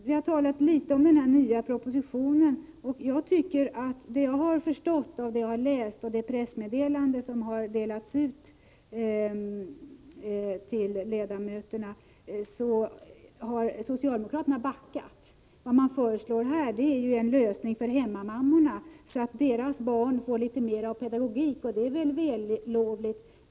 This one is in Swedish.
Vi har talat litet om den nya propositionen, och enligt vad jag har förstått av det pressmeddelande som har delats ut till ledamöterna har socialdemokraterna backat i det här avseendet. Vad man föreslår är en lösning för hemmamammorna innebärande att dessas barn får litet mera av pedagogiskt inriktad omsorg, och det är väl vällovligt.